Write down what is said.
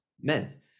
men